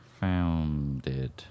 founded